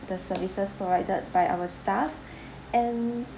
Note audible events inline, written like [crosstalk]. the services provided by our staff [breath] and